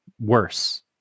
worse